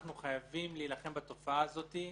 אנחנו חייבים להילחם בתופעה הזאת.